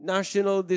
National